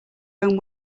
own